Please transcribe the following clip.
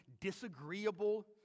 disagreeable